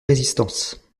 résistantes